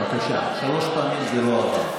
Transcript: בבקשה, שלוש פעמים זה לא עבר.